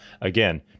Again